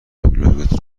وبلاگت